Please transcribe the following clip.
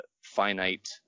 finite